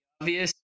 obvious